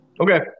Okay